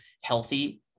healthy